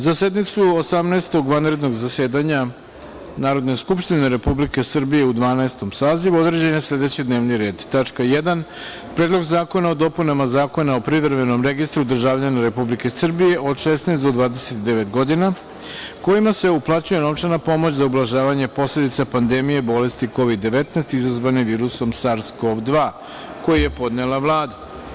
Za sednicu Osamnaestog vanrednog zasedanja Narodne skupštine Republike Srbije u Dvanaestom sazivu određen je sledeći D n e v n i r e d: Tačka 1. – Predlog zakona o dopunama Zakona o Privremenom registru državljana Republike Srbije od 16 do 29 godina kojima se uplaćuje novčana pomoć za ublažavanje posledica pandemije, bolesti COVID-19 izazvane virusom SARS-COV-2, koji je podnela Vlada.